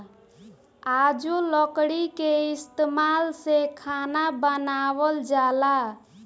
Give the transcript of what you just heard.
आजो लकड़ी के इस्तमाल से खाना बनावल जाला